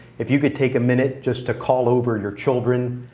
if you could take a minute just to call over your children,